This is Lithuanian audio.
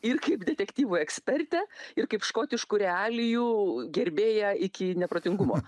ir kaip detektyvų ekspertę ir kaip škotiškų realijų gerbėją iki neprotingumo